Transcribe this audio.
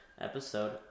episode